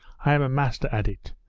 i'm a master at it.